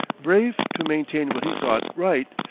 brave to maintain what he thought right,